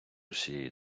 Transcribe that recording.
усієї